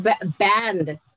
banned